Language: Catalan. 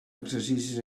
exercicis